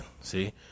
See